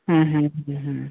ହୁଁ ହୁଁ ହୁଁ ହୁଁ